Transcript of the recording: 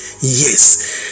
Yes